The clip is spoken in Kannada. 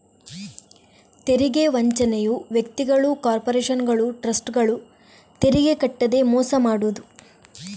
ತೆರಿಗೆ ವಂಚನೆಯು ವ್ಯಕ್ತಿಗಳು, ಕಾರ್ಪೊರೇಷನುಗಳು, ಟ್ರಸ್ಟ್ಗಳು ತೆರಿಗೆ ಕಟ್ಟದೇ ಮೋಸ ಮಾಡುದು